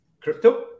crypto